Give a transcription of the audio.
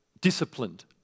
disciplined